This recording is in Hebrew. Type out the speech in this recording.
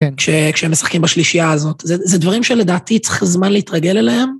כשהם משחקים בשלישייה הזאת. זה דברים שלדעתי צריך זמן להתרגל אליהם.